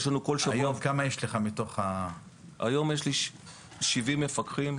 היום יש לי 70 מפקחים,